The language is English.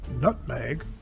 Nutmeg